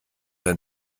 ein